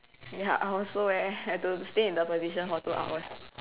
ya I also leh have to stay in the position for two hours